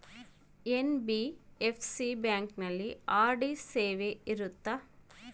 NBFC ಬ್ಯಾಂಕಿನಲ್ಲಿ RD ಸೇವೆ ಇರುತ್ತಾ?